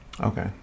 Okay